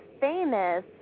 famous